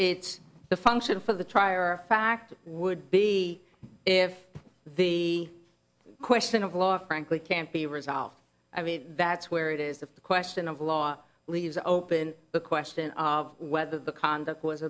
it's the function for the trier of fact would be if the question of law frankly can't be resolved i mean that's where it is the question of law leaves open the question of whether the conduct was